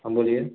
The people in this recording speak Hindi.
हाँ बोलिए